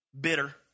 bitter